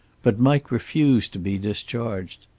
but mike refused to be discharged.